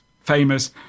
famous